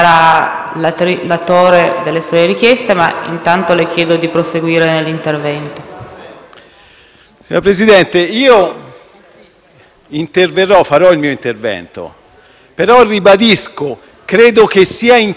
Signor Presidente, io farò il mio intervento, però ribadisco: credo che sia interesse innanzitutto della Presidenza del Senato, ma anche del Governo tutto,